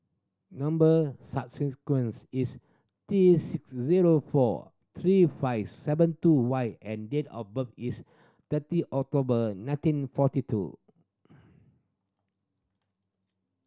number sequence is T six zero four three five seven two Y and date of birth is thirty October nineteen forty two